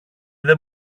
δεν